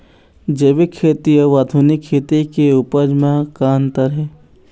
जैविक खेती अउ आधुनिक खेती के उपज म का अंतर हे?